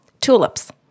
tulips